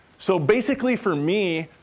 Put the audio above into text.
so basically, for me,